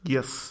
Yes